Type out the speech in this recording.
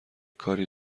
کاری